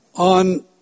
on